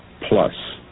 plus